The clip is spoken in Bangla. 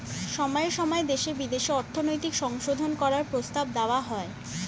সময়ে সময়ে দেশে বিদেশে অর্থনৈতিক সংশোধন করার প্রস্তাব দেওয়া হয়